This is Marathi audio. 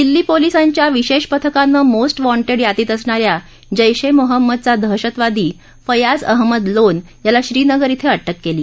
दिल्ली पोलिसांच्या विशाष्ट पथकानं मोस्ट वाँटहीयादीत असणा या जैश ए मोहम्मदचा दहशतवादी फयाज अहमद लोन याला श्रीनगर अअिटक क्ली